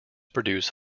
produce